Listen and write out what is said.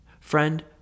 Friend